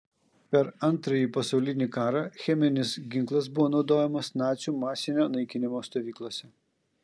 per antrąjį pasaulinį karą cheminis ginklas buvo naudojamas nacių masinio naikinimo stovyklose